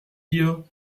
hier